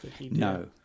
No